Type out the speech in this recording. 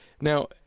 Now